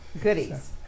goodies